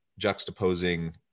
juxtaposing